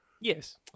Yes